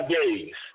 days